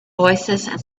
voicesand